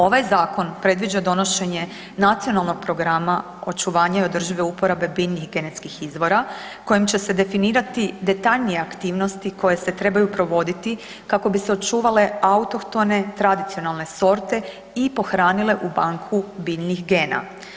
Ovaj zakon predviđa donošenje nacionalnog programa očuvanja i održive uporabe biljnih genetskih izvora kojim će se definirati detaljnije aktivnosti koje se trebaju provoditi kako bi se očuvale autohtone tradicionalne sorte i pohranile u banku biljnih gena.